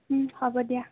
ওম হ'ব দিয়া